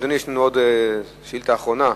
אדוני, יש לנו עוד שאילתא אחרונה.